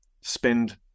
spend